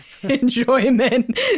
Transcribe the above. enjoyment